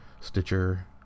Stitcher